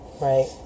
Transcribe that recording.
Right